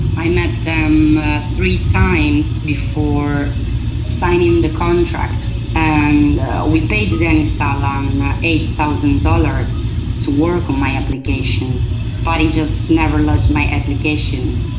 i met them three times before signing the contract and we paid dennis allen eight thousand dollars to work on my application but he just never lodged my application.